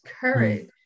courage